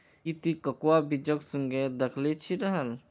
की ती कोकोआ बीजक सुंघे दखिल छि राहल